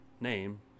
name